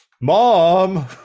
mom